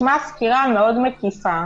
תשמע סקירה מאוד מקיפה